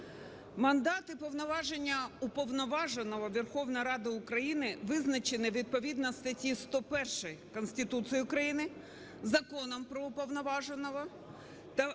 Мандат і повноваження Уповноваженого Верховної Ради України визначений відповідно до статті 101 Конституції України, Законом про Уповноваженого та